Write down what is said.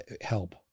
Help